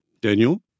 Daniel